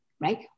Right